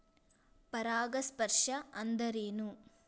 ಪರಾಗಸ್ಪರ್ಶ ಅಂದರೇನು?